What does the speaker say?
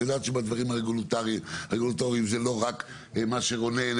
את יודעת שדברים הרגולטוריים זה לא רק מה שרונן,